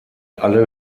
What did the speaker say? alle